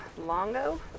Longo